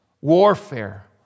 warfare